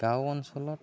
গাঁও অঞ্চলত